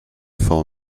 for